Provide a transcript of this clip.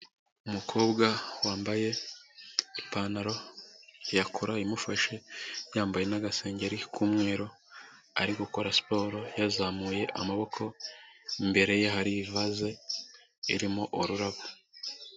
Umukobwa wambaye ipantaro ya kora imufashe, yambaye n'agasengeri k'umweru, ari gukora siporo, yazamuye amaboko, imbere ye hari ivase irimo ururabo.